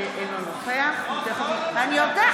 אינו נוכח לא, זה לא "אינו נוכח" זה בחוץ.